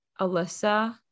Alyssa